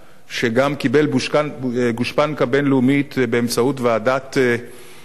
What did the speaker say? שגם קיבל גושפנקה בין-לאומית באמצעות ועדת-פלמר,